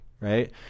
Right